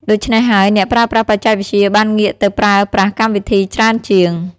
ដូច្នេះហើយអ្នកប្រើប្រាស់បច្ចេកវិទ្យាបានងាកទៅប្រើប្រាស់កម្មវិធីច្រើនជាង។